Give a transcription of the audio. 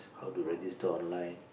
how to register online